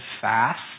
fast